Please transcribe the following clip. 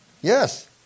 Yes